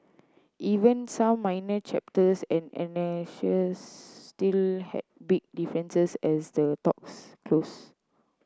even some minor chapters and annexes still had big differences as the talks closed